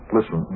Listen